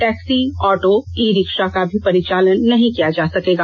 taxi auto e rickshaw का भी परिचालन नहीं किया जा सकेगा